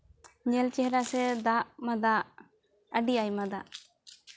ᱧᱮᱞ ᱪᱮᱨᱦᱟ ᱥᱮ ᱫᱟᱜ ᱫᱟᱜ ᱟᱹᱰᱤ ᱟᱭᱢᱟ ᱫᱟᱜ